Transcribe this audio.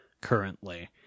currently